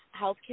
healthcare